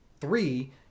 Three